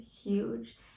huge